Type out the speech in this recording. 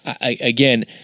Again